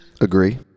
Agree